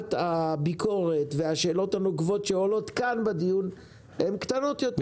רמת הביקורת והשאלות הנוקבות שעוות כאן בדיון הן קטנות יותר.